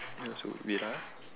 that's weird wait ah